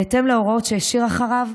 בהתאם להוראות שהשאיר אחריו,